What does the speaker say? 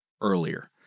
earlier